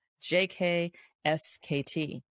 jkskt